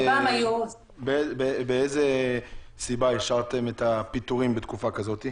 מאיזו סיבה אישרתם פיטורים בתקופה כזאת?